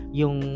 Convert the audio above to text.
yung